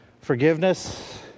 Forgiveness